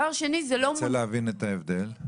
שנית --- אני רוצה להבין את ההבדל.